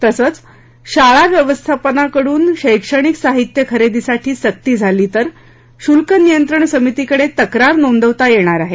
तसंच शाळा व्यवस्थापनाकडून शैक्षणिक साहित्य खरेदीसाठी सक्ती झाली तरी शुल्क नियंत्रण समितीकडे तक्रार नोंदवता येणार आहे